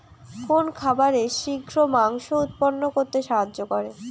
কোন খাবারে শিঘ্র মাংস উৎপন্ন করতে সাহায্য করে?